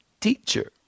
teacher